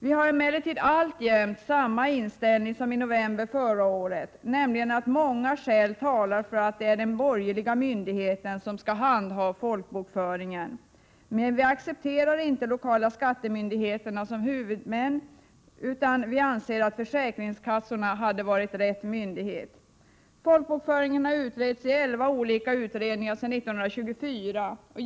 Vi har emellertid alltjämt samma inställning som i november förra året, nämligen att många skäl talar för att det är en borgerlig myndighet som skall handha folkbokföringen. Men vi accepterar inte lokala skattemyndigheterna som huvudman, utan anser att försäkringskassorna hade varit rätt myndighet. Folkbokföringen har utretts i elva olika utredningar sedan 1924.